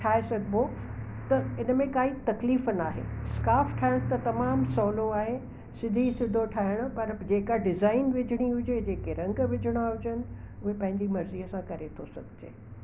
ठाहे सघिबो त हिन में काई तकलीफ़ नाहे स्काफ़ ठाहिण त तमामु सवलो आहे सिधी सिधो ठाहिण पर जे का डिजाइन विझिणी हुजे जे के रंग विझिणा हुजनि उहा पंहिंजी मर्जीअ सां करे थो सघिजे